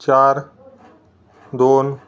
चार दोन